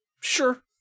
Sure